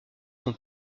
son